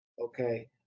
Okay